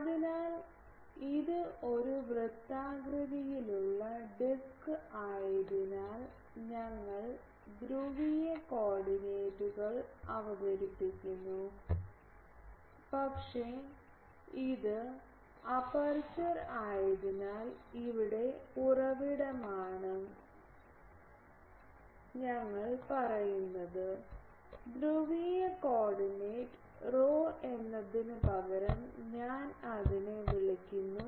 അതിനാൽ ഇത് ഒരു വൃത്താകൃതിയിലുള്ള ഡിസ്ക് ആയതിനാൽ ഞങ്ങൾ ധ്രുവീയ കോർഡിനേറ്റുകൾ അവതരിപ്പിക്കുന്നു പക്ഷേ ഇത് അപ്പർച്ചർ ആയതിനാൽ ഇവിടെ ഉറവിടമാണ് ഞങ്ങൾ പറയുന്നത് ധ്രുവീയ കോർഡിനേറ്റ് ρ എന്നതിനുപകരം ഞാൻ അതിനെ വിളിക്കുന്നു